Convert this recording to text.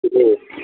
جی